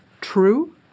true